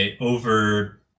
over